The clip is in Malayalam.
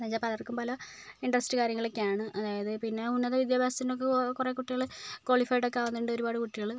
അതായത് പലർക്കും പല ഇൻട്രസ്റ്റ് കാര്യങ്ങളൊക്കെ ആണ് അതായത് പിന്നെ ഉന്നത വിദ്യാഭ്യാസത്തിന് കുറെ കുട്ടികള് ക്വാളിഫൈഡ് ഒക്കെ ആകുന്നുണ്ട് ഒരുപാട് കുട്ടികള്